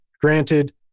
granted